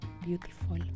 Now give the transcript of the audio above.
beautiful